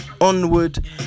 onward